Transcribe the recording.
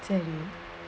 so early